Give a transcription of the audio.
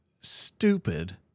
stupid